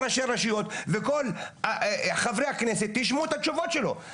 ראשי הרשויות וכל חברי הכנסת יישמעו את התשובות שלו.